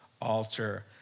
altar